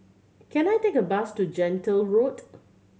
can I take a bus to Gentle Road